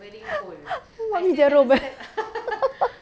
want me je~ ro~ back